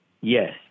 Yes